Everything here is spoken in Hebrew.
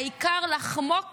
העיקר לחמוק